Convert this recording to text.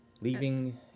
leaving